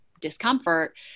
discomfort